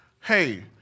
hey